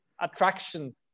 attraction